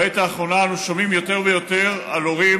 בעת האחרונה אנו שומעים יותר ויותר על הורים